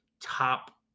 top